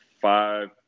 five